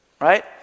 Right